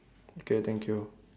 okay thank you